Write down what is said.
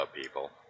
people